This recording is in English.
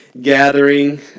gathering